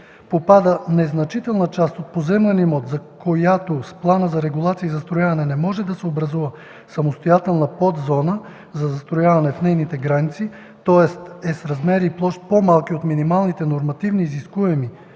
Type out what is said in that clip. попада незначителна част от поземлен имот, за която с плана за регулация и застрояване не може да се образува самостоятелна подзона за застрояване в нейните граници, тоест е с размери и площ по-малки от минималните нормативно изискуеми